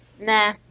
Nah